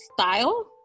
style